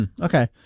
Okay